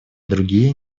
другие